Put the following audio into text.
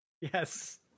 Yes